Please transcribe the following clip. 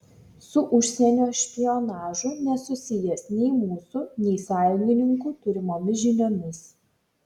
su užsienio špionažu nesusijęs nei mūsų nei sąjungininkų turimomis žiniomis